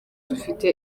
dufite